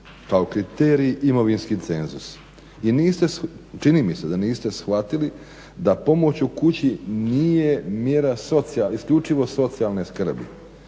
kao kriterij imovinski cenzus. I niste, čini mi se da niste shvatili da pomoć u kući nije mjera isključivo socijalne skrbi,